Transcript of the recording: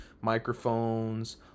microphones